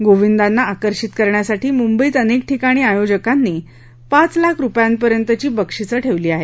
गोविंदांना आकर्षित करण्यासाठी मुंबईत अनेक ठिकाणी आयोजकांनी पाच लाख रुपयांपर्यंतची बक्षीसं ठेवली आहेत